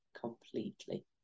completely